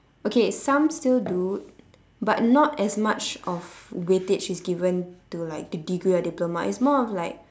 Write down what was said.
okay some still do but not as much of weightage is given to like the degree or diploma it's more of like